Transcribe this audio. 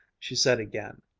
she said again.